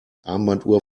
armbanduhr